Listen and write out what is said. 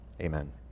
Amen